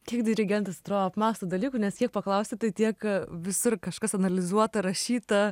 kiek dirigentas atrodo apmąsto dalykų nes kiek paklausi tai tiek visur kažkas analizuota rašyta